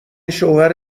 شوهر